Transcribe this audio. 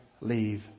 leave